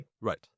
Right